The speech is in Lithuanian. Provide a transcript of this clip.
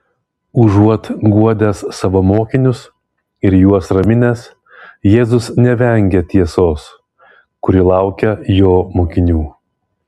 užuot guodęs savo mokinius ir juos raminęs jėzus nevengia tiesos kuri laukia jo mokinių